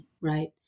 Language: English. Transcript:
Right